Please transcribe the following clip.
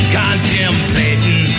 contemplating